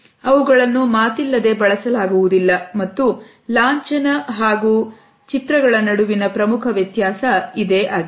ಅವುಗಳನ್ನು ಮಾತಿಲ್ಲದೆ ಬಳಸಲಾಗುವುದಿಲ್ಲ ಮತ್ತು ಲಾಂಛನ ಹಾಗೂ ಚಿತ್ರಗಳ ನಡುವಿನ ಪ್ರಮುಖ ವ್ಯತ್ಯಾಸ ಇದೇ ಆಗಿದೆ